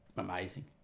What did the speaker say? amazing